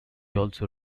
also